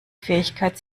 fähigkeit